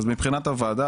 אז מבחינת הוועדה,